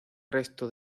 resto